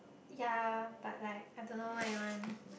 ya but like I don't know what I want